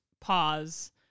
pause